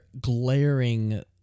glaring